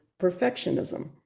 perfectionism